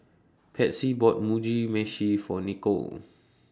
Patsy bought Mugi Meshi For Nichol